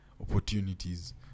opportunities